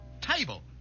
Table